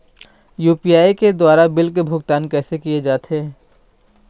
UPI के द्वारा bill के भुगतान कैसे किया जाथे?